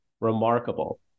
remarkable